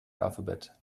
alphabet